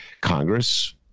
Congress